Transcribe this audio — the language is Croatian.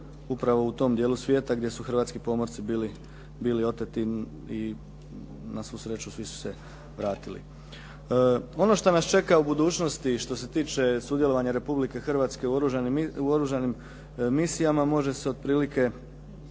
upravo u tom dijelu svijeta gdje su hrvatski pomorci bili oteti i na svu sreću svi su se vratili. Ono što nas čeka u budućnosti što se tiče sudjelovanja Republike Hrvatske u oružanim misijama može se otprilike